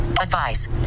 Advice